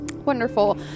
Wonderful